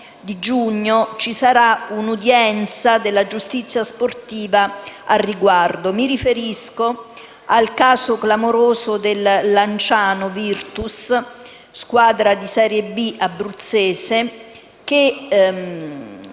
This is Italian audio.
1° giugno ci sarà un'udienza della giustizia sportiva al riguardo. Mi riferisco al caso clamoroso della Virtus Lanciano, squadra di serie B abruzzese, che